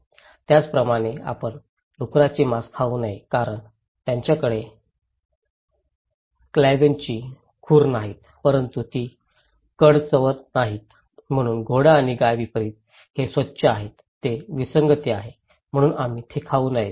त्याचप्रमाणे आपण डुकराचे मांस खाऊ नये कारण त्यांच्याकडे क्लावेनची खुर आहे परंतु ती कडू चवत नाही म्हणून घोडा आणि गाय विपरीत हे स्वच्छ आहेत जे विसंगती आहेत म्हणून तुम्ही ते खाऊ नयेत